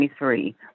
2023